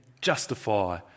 justify